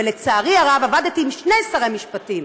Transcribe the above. ולצערי הרב, עבדתי עם שני שרי משפטים,